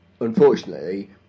unfortunately